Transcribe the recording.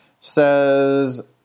Says